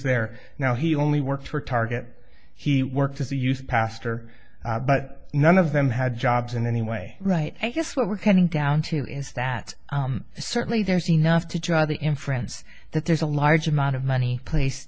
there now he only worked for target he worked as a youth pastor but none of them had jobs in any way right i guess what we're kind of down to is that certainly there's enough to draw the inference that there's a large amount of money placed